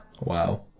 wow